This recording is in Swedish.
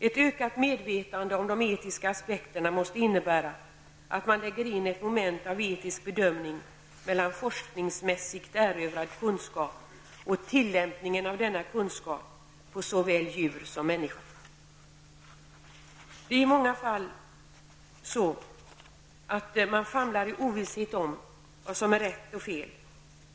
Ett ökat medvetande om de etiska aspekterna måste innebära att man lägger in ett moment av etisk bedömning mellan forskningsmässigt erövrad kunskap och tillämpningen av denna kunskap på såväl djur som människor. Det är i många fall så att man famlar i ovisshet om vad som är rätt och fel.